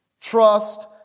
trust